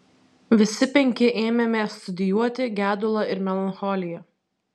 visi penki ėmėme studijuoti gedulą ir melancholiją